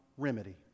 remedy